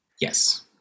Yes